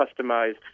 customized